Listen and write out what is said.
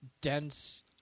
dense